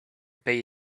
pay